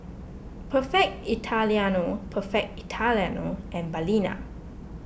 Perfect Italiano Perfect Italiano and Balina